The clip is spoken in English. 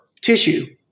tissue